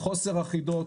חוסר אחידות,